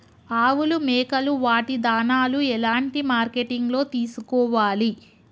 ఆవులు మేకలు వాటి దాణాలు ఎలాంటి మార్కెటింగ్ లో తీసుకోవాలి?